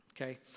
Okay